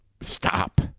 stop